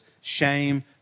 shame